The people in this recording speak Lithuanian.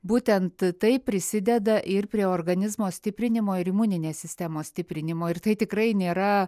būtent tai prisideda ir prie organizmo stiprinimo ir imuninės sistemos stiprinimo ir tai tikrai nėra